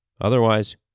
otherwise